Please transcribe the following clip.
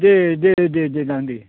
दे दे दे लांदे